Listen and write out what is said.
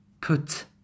put